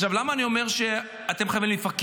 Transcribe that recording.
עכשיו, למה אני אומר שאתם חייבים לפקח?